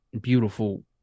beautiful